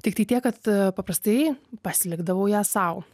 tiktai tiek kad paprastai pasilikdavau ją sau